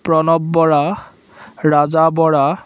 Pranab Bora Raja Bora